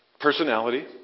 personality